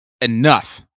enough